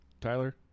Tyler